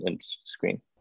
screen